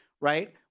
right